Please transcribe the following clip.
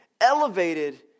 elevated